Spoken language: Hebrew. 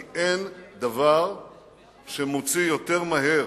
כי אין דבר שמוציא יותר מהר